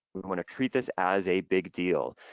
we're gonna treat this as a big deal.